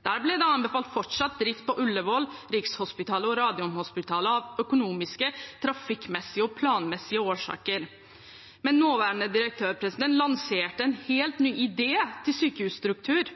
Der ble det anbefalt fortsatt drift på Ullevål, Rikshospitalet og Radiumhospitalet av økonomiske, trafikkmessige og planmessige årsaker. Men nåværende direktør lanserte en helt ny idé til sykehusstruktur.